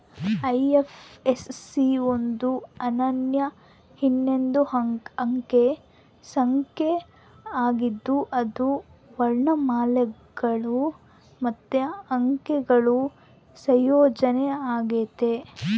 IFSC ಒಂದು ಅನನ್ಯ ಹನ್ನೊಂದು ಅಂಕೆ ಸಂಖ್ಯೆ ಆಗಿದ್ದು ಅದು ವರ್ಣಮಾಲೆಗುಳು ಮತ್ತೆ ಅಂಕೆಗುಳ ಸಂಯೋಜನೆ ಆಗೆತೆ